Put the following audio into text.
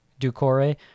Ducore